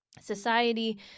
society